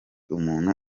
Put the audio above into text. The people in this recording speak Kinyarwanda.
umuntu